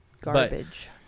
garbage